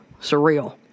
Surreal